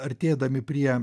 artėdami prie